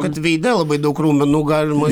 kad veide labai daug raumenų galima